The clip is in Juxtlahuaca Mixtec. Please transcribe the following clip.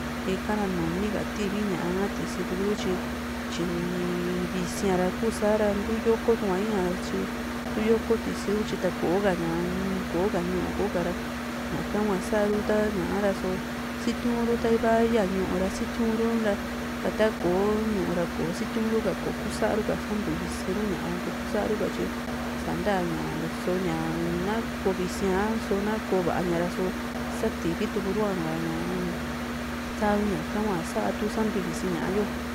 ikara numi ka tivi ña´a tisitu ru tyi tyi´ni visi´n ra kusara ntuu yo´ko tua in´a ña tyi ntuu yoko tisi ru tyi ta kò´o ka ñaa-m ko´ka ñu´u ko´ka ra ñaka hua sa´ru ta ña´a ra sositiu´n ra ta yaa ñu´u ra sitiuru ra ta takòo ñu´u ra kosotiu ru ka ko kuu sa´a ru ka santuvisi ru ña´a ko kusa´ru katyi sa´nta ña so´o ña na ku viisia a soo na koó va´ña ra sativi turu´a ha ñaa sa ña´ka hua sa tu santu visii´n ñaa yo.